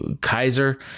Kaiser